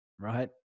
right